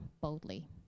boldly